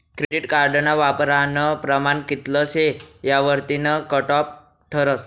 credit कार्डना वापरानं प्रमाण कित्ल शे यावरतीन कटॉप ठरस